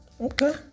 Okay